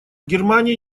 германия